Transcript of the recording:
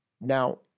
Now